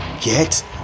Get